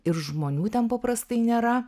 ir žmonių ten paprastai nėra